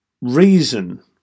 reason